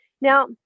Now